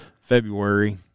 february